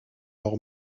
leur